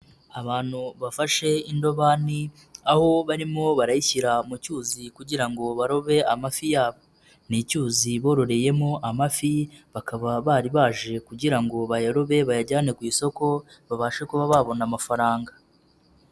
Abantu bafashe indobani aho barimo barayishyira mu cyuzi kugira ngo barobe amafi yabo, ni icyuzi bororeyemo amafi bakaba bari baje kugira ngo bayarobe, bayajyane ku isoko babashe kuba babona amafaranga.